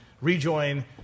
rejoin